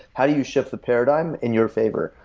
how do you shift the paradigm in your favor?